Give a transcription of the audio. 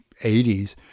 80s